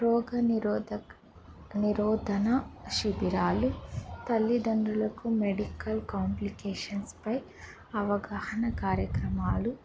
రోగనిరోధక నిరోధక శిబిరాలు తల్లిదండ్రులకు మెడికల్ కాంప్లికేషన్స్పై అవగాహన కార్యక్రమాలు